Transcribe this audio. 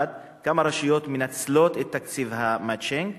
1. כמה רשויות מנצלות את תקציבי ה"מצ'ינג"?